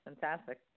fantastic